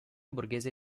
borghese